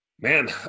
Man